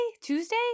Tuesday